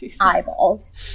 eyeballs